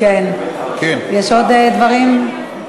יש עוד דברים?